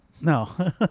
no